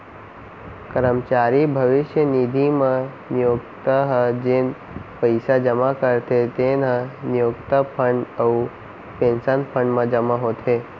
करमचारी भविस्य निधि म नियोक्ता ह जेन पइसा जमा करथे तेन ह नियोक्ता फंड अउ पेंसन फंड म जमा होथे